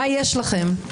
מה יש לכם?